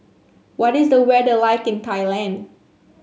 what is the weather like in Thailand